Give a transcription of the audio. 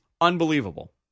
unbelievable